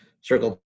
Circle